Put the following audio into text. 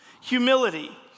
humility